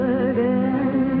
again